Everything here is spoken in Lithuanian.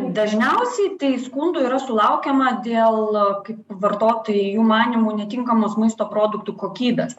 dažniausiai tai skundų yra sulaukiama dėl kaip vartotojai jų manymu netinkamos maisto produktų kokybės